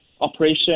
operation